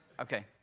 okay